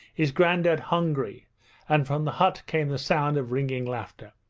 is grandad hungry and from the hut came the sound of ringing laughter.